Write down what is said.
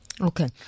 Okay